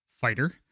fighter